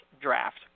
draft